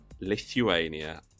Lithuania